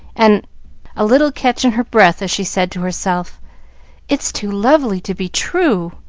and a little catch in her breath as she said to herself it's too lovely to be true.